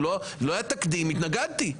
לא היה תקדים אז התנגדתי.